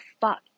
fuck